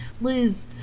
liz